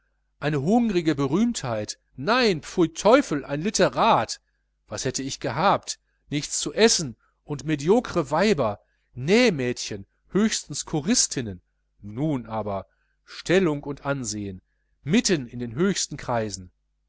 eine hungrige berühmtheit nein pfui teufel ein litterat was hätt ich gehabt nichts zu essen und mediokre weiber nähmädchen höchstens choristinnen nun aber stellung und ansehen mitten in den höchsten kreisen